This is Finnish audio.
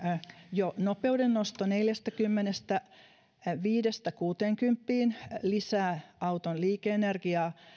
jo nopeudennosto neljästäkymmenestäviidestä kuuteenkymmeneen lisää auton liike energiaa